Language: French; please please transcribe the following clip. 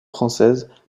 française